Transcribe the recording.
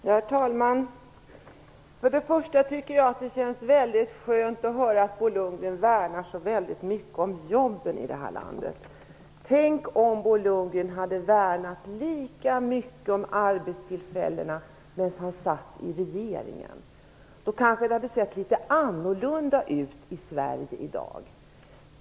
Herr talman! Först och främst tycker jag att det känns mycket skönt att höra att Bo Lundgren värnar så mycket om jobben i vårt land. Tänk om Bo Lundgren hade värnat lika mycket om arbetstillfällena när han satt i regeringen! Då kanske det hade sett litet annorlunda ut i Sverige i dag.